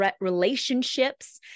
relationships